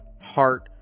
heart